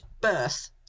birth